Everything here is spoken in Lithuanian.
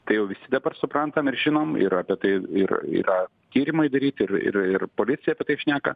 tai jau visi dabar suprantam ir žinom ir apie tai ir yra tyrimai daryti ir ir ir policijai apie tai šneka